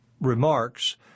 remarks